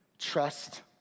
Trust